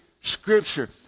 Scripture